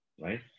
right